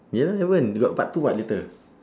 ya haven't they got part two [what] later